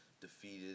defeated